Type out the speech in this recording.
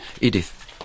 Edith